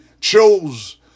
chose